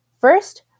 First